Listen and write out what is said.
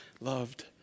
loved